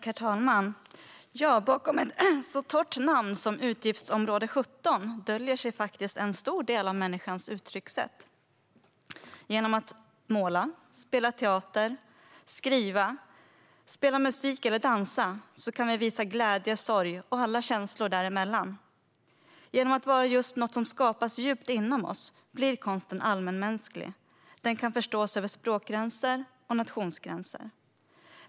Herr talman! Bakom ett så torrt namn som utgiftsområde 17 döljer sig faktiskt en stor del av människans uttrycksätt. Genom att måla, spela teater, skriva, spela musik eller dansa kan vi visa glädje, sorg och alla känslor däremellan. Genom att vara just något som skapas djupt inom oss blir konsten allmänmänsklig. Den kan förstås över språkgränser och nationsgränser.